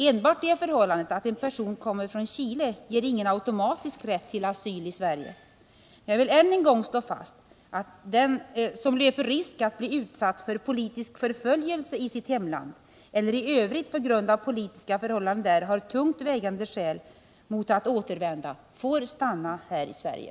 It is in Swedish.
Enbart det förhållandet att en person kommer från Chile ger ingen automatisk rätt till asyl i Sverige. Men jag vill än en gång slå fast att den som löper risk att bli utsatt för politisk förföljelse i sitt hemland eller i övrigt på grund av de politiska förhållandena där har tungt vägande skäl mot att återvända får stanna här i Sverige.